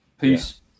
Peace